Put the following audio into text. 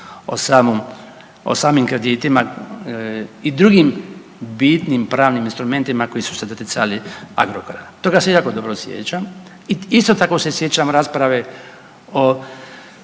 o samim kreditima i drugim bitnim pravnim instrumentima koji su se doticali Agrokora. Toga se jako dobro sjećam i isto tako se sjećam rasprave o,